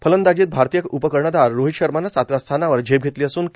फलंदाजीत भारतीय उपकर्णधार रोहित शर्मानं सातव्या स्थानावर झेप घेतली असून के